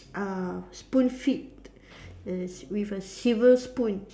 uh spoon-feed err s~ with a silver spoon